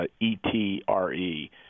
E-T-R-E